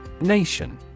Nation